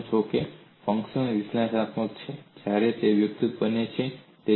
તમે જાણો છો કે ફંક્શન વિશ્લેષણાત્મક છે જ્યારે તે વ્યુત્પન્ન છે